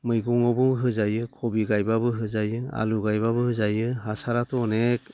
मैगङावबो होजायो कबि गायबाबो होजायो आलु गायबाबो होजायो हासाराथ' अनेक